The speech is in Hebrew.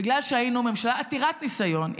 בגלל שהיינו ממשלה עתירת ניסיון,